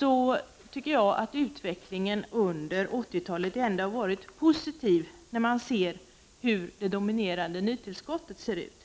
har utvecklingen under 80-talet ändå varit positiv, när man ser hur det dominerande nytillskottet ser ut.